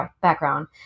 background